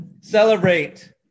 celebrate